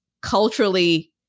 culturally